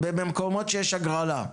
במקומות שיש הגרלה.